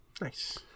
Nice